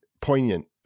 poignant